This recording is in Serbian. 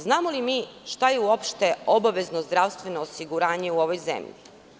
Znamo li mi šta je uopšte obavezno zdravstveno osiguranje u ovoj zemlji?